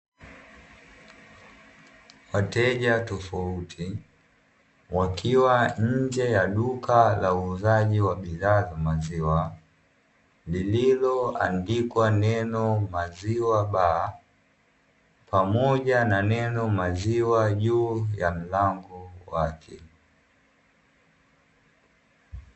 Wateja tofauti wakiwa nje duka la uuzaji wa bidhaa za maziwa, lililoandikwa neno maziwa baa, pamoja na neno maziwa juu ya mlango wake.